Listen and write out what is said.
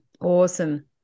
Awesome